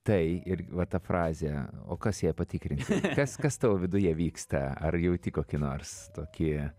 tai ir va ta frazė o kas ją patikrinsiu kas kas tavo viduje vyksta ar jauti kokį nors tokį